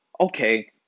okay